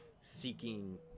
seeking